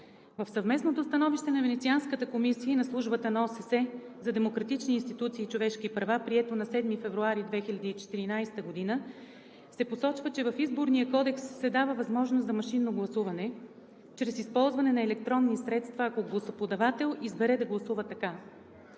В съвместното становище на Венецианската комисия и на Службата на ОССЕ за демократични институции и човешки права, прието на 7 февруари 2014 г. се посочва, че в Изборния кодекс се дава възможност за машинно гласуване чрез използване на електронни средства, ако гласоподавател избере да гласува така.